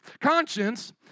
conscience